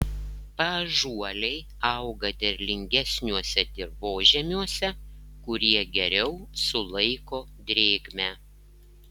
paąžuoliai auga derlingesniuose dirvožemiuose kurie geriau sulaiko drėgmę